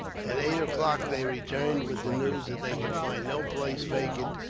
at eight o'clock, they returned with the news that they could find no place vacant,